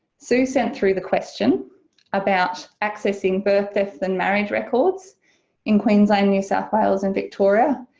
sue sent through the question about accessing birth death and marriage records in queensland, new south wales and victoria,